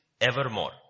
evermore